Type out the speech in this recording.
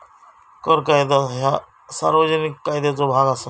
कर कायदा ह्या सार्वजनिक कायद्याचो भाग असा